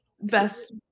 best